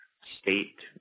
state